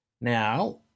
Now